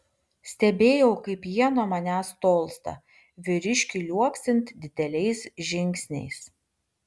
stebėjau kaip jie nuo manęs tolsta vyriškiui liuoksint dideliais žingsniais